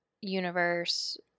universe